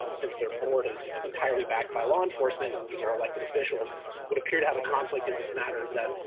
um since their board is entirely backed by law enforcement and these are elected officials would appear to have a conflict in this matter, that,